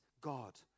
God